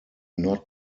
not